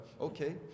okay